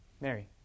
Mary